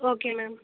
okay ma'am